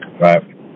Right